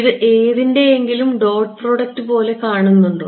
ഇത് ഏതിൻറെയെങ്കിലും dot product പോലെ കാണപ്പെടുന്നുണ്ടോ